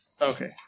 Okay